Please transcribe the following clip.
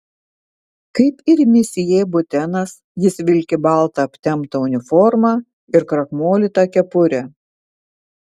kaip ir misjė butenas jis vilki baltą aptemptą uniformą ir krakmolytą kepurę